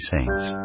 Saints